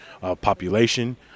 population